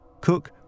Cook